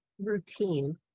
routine